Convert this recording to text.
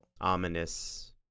ominous